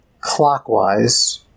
clockwise